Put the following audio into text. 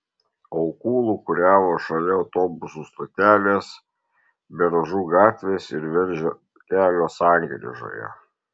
aukų lūkuriavo šalia autobusų stotelės beržų gatvės ir velžio kelio sankryžoje